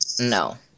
No